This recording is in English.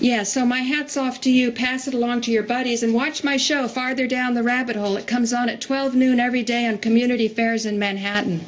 yes so my hats off to you pass it along to your buddies and watch my show farther down the rabbit hole it comes on at twelve noon every day and community fairs in manhattan